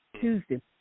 Tuesday